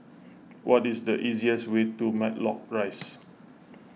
what is the easiest way to Matlock Rise